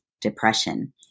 depression